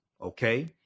okay